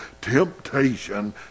temptation